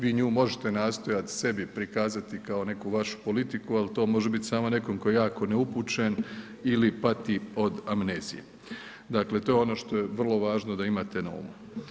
Vi nju možete nastojati sebi prikazati kao neku vašu politiku, ali to može biti samo nekom tko je jako neupućen ili pati od amnezije, dakle to je ono što je vrlo važno da imate na umu.